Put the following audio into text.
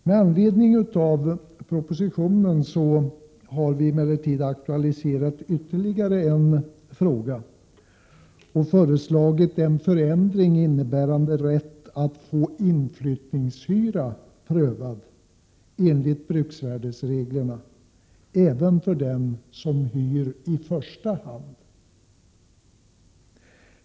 Med anledning av propositionen har vi emellertid aktualiserat ytterligare en fråga och föreslagit en förändring innebärande rätt att få inflyttningshyra prövad enligt bruksvärdesreglerna — även för den som hyr i första hand.